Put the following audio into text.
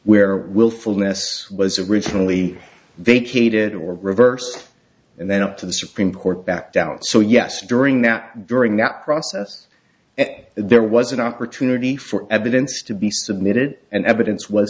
where willfulness was originally vacated or reversed and then up to the supreme court back down so yes during that during that process there was an opportunity for evidence to be submitted and evidence was